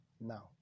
Now